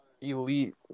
elite